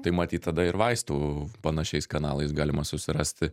tai matyt tada ir vaistų panašiais kanalais galima susirasti